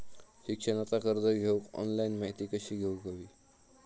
शिक्षणाचा कर्ज घेऊक ऑनलाइन माहिती कशी घेऊक हवी?